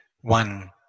one